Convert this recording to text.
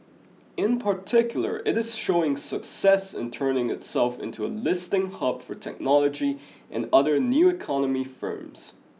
in particular it is showing success in turning itself into a listing hub for technology and other new economy firms